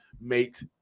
Mate